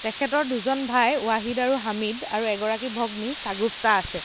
তেখেতৰ দুজন ভাই ৱাহিদ আৰু হামিদ আৰু এগৰাকী ভগ্নী ছাগুফতা আছে